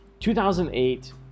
2008